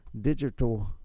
digital